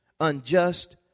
unjust